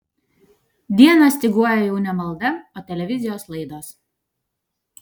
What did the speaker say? dieną styguoja jau ne malda o televizijos laidos